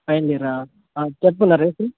final ఇయరా ఆ చెప్పు నరేష్